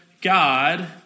God